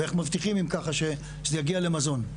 ואיך מבטיחים, אם ככה שזה יגיע למזון?